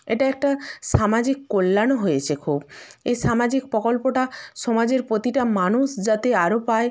এটা একটা সামাজিক কল্যাণও হয়েছে খুব এই সামাজিক প্রকল্পটা সমাজের প্রতিটা মানুষ যাতে আরও পায়